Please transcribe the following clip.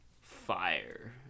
fire